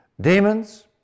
demons